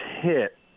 hit